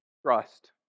Trust